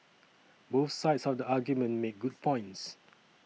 both sides of the argument make good points